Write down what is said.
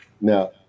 Now